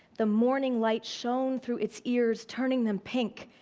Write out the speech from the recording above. the morning light shone through its ears, turning them pink.